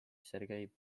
sergei